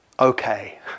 Okay